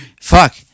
fuck